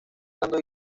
usando